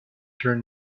turn